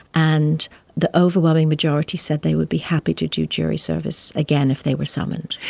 and the overwhelming majority said they would be happy to do jury service again if they were summoned.